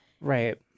Right